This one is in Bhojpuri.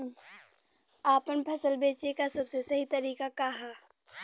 आपन फसल बेचे क सबसे सही तरीका का ह?